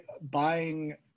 buying